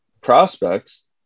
prospects